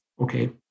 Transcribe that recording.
Okay